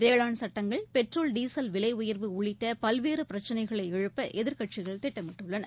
வேளாண் சட்டங்கள் petrol diesel விலை உயர்வு உள்ளிட்ட பல்வேறு பிரச்சினைகளை எழுப்ப எதிர்க்கட்சிகள் திட்டமிட்டுள்ளன